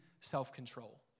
self-control